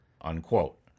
Unquote